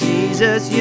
Jesus